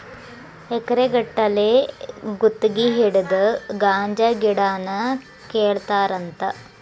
ಎಕರೆ ಗಟ್ಟಲೆ ಗುತಗಿ ಹಿಡದ ಗಾಂಜಾ ಗಿಡಾನ ಕೇಳತಾರಂತ